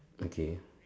okay